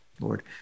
Lord